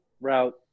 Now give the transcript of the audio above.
route